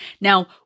Now